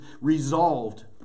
resolved